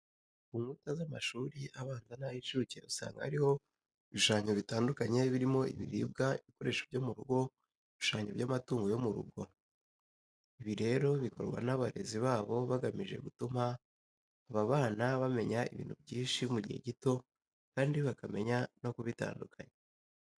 Ku nkuta z'amashuri abanza n'ay'incuke usanga hariho ibishushanyo bitandukanye birimo ibiribwa, ibikoresho byo mu rugo, ibishushanyo by'amatungo yo mu rugo. Ibi rero bikorwa n'abarezi babo bagamije gutuma aba bana bamenya ibintu byinshi mu gihe gito kandi bakamenya no kubitandukanya.